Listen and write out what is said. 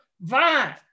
vine